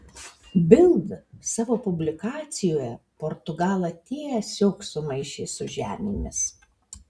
bild savo publikacijoje portugalą tiesiog sumaišė su žemėmis